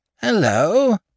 Hello